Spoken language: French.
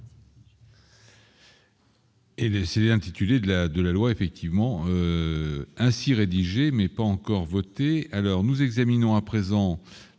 Et les CD intitulé de la de la loi effectivement ainsi rédigé mais pas encore voté, alors nous examinons à présent.